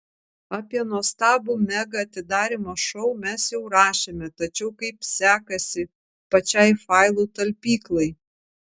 apie nuostabų mega atidarymo šou mes jau rašėme tačiau kaip sekasi pačiai failų talpyklai